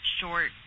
short